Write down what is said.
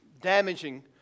damaging